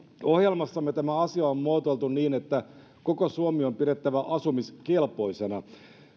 ohjelmassamme tämä asia on muotoiltu niin että koko suomi on pidettävä asumiskelpoisena